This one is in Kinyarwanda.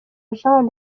jean